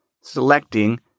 selecting